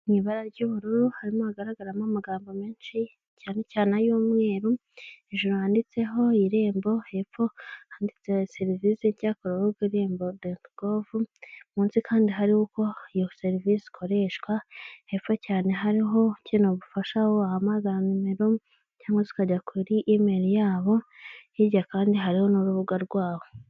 Mu ibara ry'ubururu harimo hagaragaramo amagambo menshi cyane cyane ay'umweru, hejuru handitseho irembo hepfo handitse serivisi byakorewe ku rubuga irembo doti gove munsi kandi hariho uko iyo serivisi ikoreshwa, hepfo cyane hariho ukeneye ubufasha aho wahamagara nimero cyangwa se ukajya kuri emeri yabo, hirya kandi hariho n'urubuga rwabo.